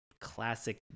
Classic